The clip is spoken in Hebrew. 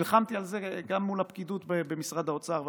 נלחמתי על זה גם מול הפקידות במשרד האוצר והמשפטים.